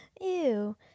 Ew